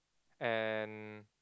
and